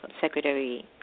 Secretary